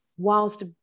whilst